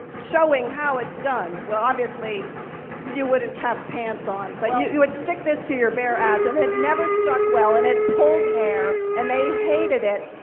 showing how it's done. well, obviously you wouldn't have pants on, but you you would stick this to your bare ass. and it never stuck well, and it pulled hair, and they hated it,